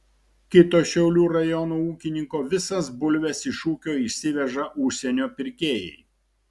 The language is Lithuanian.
kito šiaulių rajono ūkininko visas bulves iš ūkio išsiveža užsienio pirkėjai